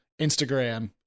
Instagram